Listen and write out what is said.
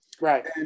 Right